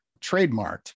trademarked